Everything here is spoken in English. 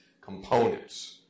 components